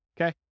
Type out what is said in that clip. Okay